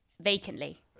vacantly